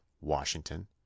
Washington